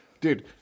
Dude